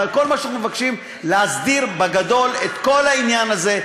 וכל מה שאנחנו מבקשים זה להסדיר בגדול את כל העניין הזה,